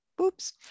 Oops